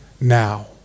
now